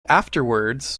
afterwards